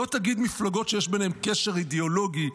לא תגיד מפלגות שיש ביניהן קשר אידיאולוגי,